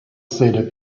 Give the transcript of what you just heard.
sede